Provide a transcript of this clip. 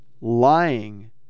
lying